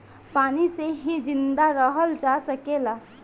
पानी से ही जिंदा रहल जा सकेला